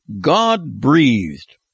God-breathed